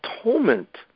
atonement